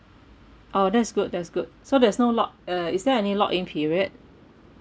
orh that's good that's good so there's no lock uh is there any lock-in period